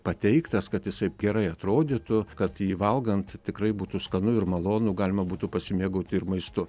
pateiktas kad jisai gerai atrodytų kad jį valgant tikrai būtų skanu ir malonu galima būtų pasimėgauti ir maistu